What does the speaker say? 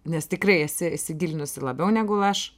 nes tikrai esi įsigilinusi labiau negu aš